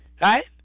Right